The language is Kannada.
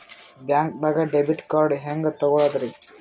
ಬ್ಯಾಂಕ್ದಾಗ ಡೆಬಿಟ್ ಕಾರ್ಡ್ ಹೆಂಗ್ ತಗೊಳದ್ರಿ?